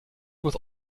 with